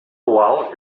oval